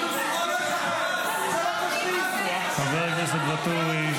ברח --- חבר הכנסת ואטורי.